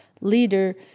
leader